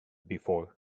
before